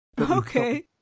Okay